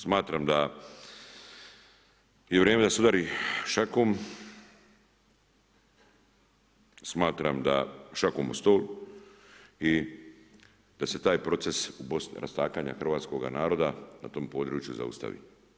Smatram da je vrijeme da se udari šakom, smatram da, šakom o stol i da se taj proces rastakanja hrvatskoga naroda na tom području zaustavi.